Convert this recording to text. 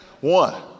One